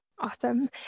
Awesome